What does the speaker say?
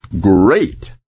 great